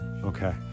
Okay